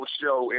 show